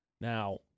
Now